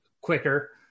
quicker